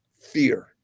fear